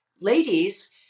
ladies